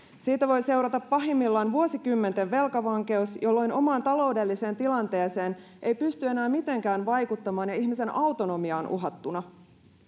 siitä voi seurata pahimmillaan vuosikymmenten velkavankeus jolloin omaan taloudelliseen tilanteeseen ei pysty enää mitenkään vaikuttamaan ja ihmisen autonomia on uhattuna